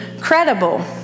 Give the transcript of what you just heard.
credible